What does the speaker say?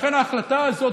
לכן ההחלטה הזאת,